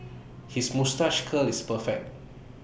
his moustache curl is perfect